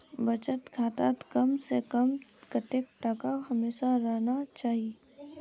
बचत खातात कम से कम कतेक टका हमेशा रहना चही?